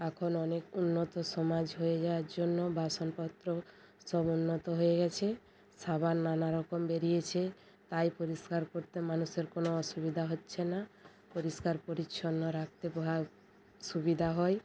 এখন অনেক উন্নত সমাজ হয়ে যাওয়ার জন্য বাসনপত্র সব উন্নত হয়ে গেছে সাবান নানা রকম বেরিয়েছে তাই পরিষ্কার করতে মানুষের কোনও অসুবিধা হচ্ছে না পরিষ্কার পরিচ্ছন্ন রাখতে সুবিধা হয়